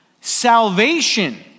Salvation